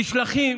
נשלחים